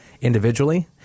individually